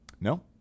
No